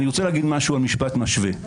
אני רוצה להגיד משהו על משפט משווה.